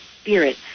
spirit